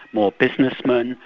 more businessmen,